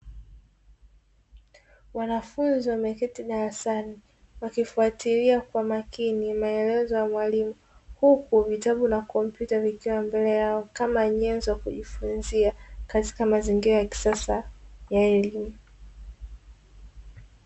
Wanafunzi wameketi darasani, wakifuatilia kwa makini maelezo ya mwalimu. Huku vitabu na tarakilishi vikiwa mbele yao, kama nyenzo ya kujifunzia katika mazingira ya kisasa ya elimu.